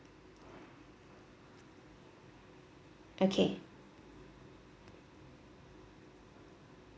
okay